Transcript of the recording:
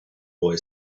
boy